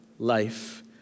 life